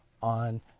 on